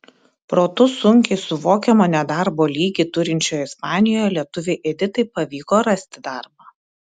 protu sunkiai suvokiamo nedarbo lygį turinčioje ispanijoje lietuvei editai pavyko rasti darbą